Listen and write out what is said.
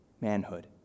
Manhood